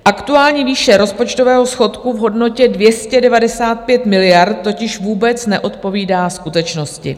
Aktuální výše rozpočtového schodku v hodnotě 295 miliard totiž vůbec neodpovídá skutečnosti.